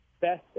best